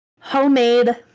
Homemade